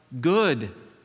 good